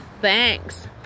thanks